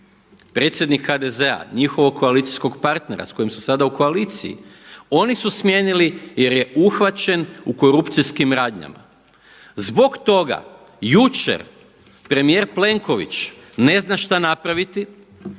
Predsjednik HDZ-a, njihovog koalicijskog partnera s kojim su sada u koaliciji oni su smijenili jer je uhvaćen u korupcijskim radnjama. Zbog toga jučer premijer Plenković ne zna šta napraviti